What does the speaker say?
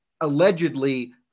allegedly